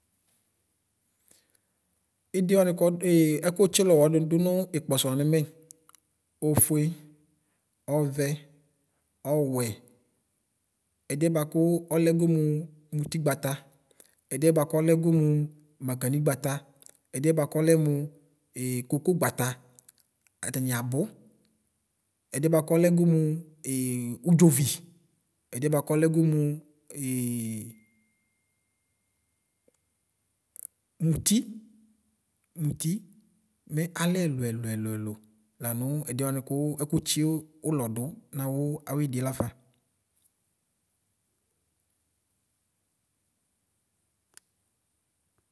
lɖuani kɔdʋ ɛkʋtsɔ ɔlʋ wana dʋnʋ ɔkpɔsɔ lanʋ mɔ ɔvɛ ɔwɛ ɛdiɛ bvʋakʋ ɔlɛ ƒoo mi mvtigbata ɛdiɛ bvʋakʋ ɔlɛ ƒoo mi makamigbato ɛdie bʋakʋ ɔlɛmʋ e kokogbata atani abo idiɔ buakʋ ɔlɛ ʒoo mʋ ee ʋɖʒʋvi ɛdiɛ bʋakʋ ɔlɛ ƒoo mʋti mʋti mɛ alɛ ɛlʋ ɛlʋ ɛlʋ lamʋ ɛdiwann ɛkʋtsi ʋlɔ dʋ nawu aurɖɔ lafa.